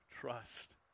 Trust